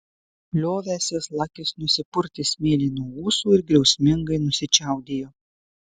liovęsis lakis nusipurtė smėlį nuo ūsų ir griausmingai nusičiaudėjo